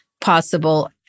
possible